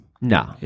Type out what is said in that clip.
No